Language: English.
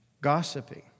gossiping